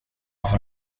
för